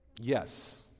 Yes